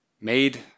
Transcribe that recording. made